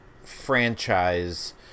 franchise